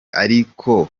ariko